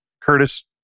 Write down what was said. Curtis